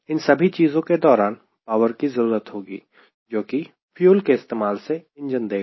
इन सभी चीजों के दौरान पावर की जरूरत होगी जोकि फ्यूल के इस्तेमाल से इंजन देगा